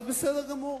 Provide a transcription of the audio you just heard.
אז בסדר גמור.